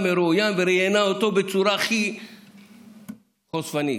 מרואיין וראיינה אותו בצורה הכי חושפנית.